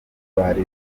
bari